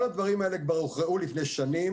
כל הדברים האלה כבר הוכרעו לפני שנים